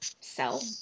sell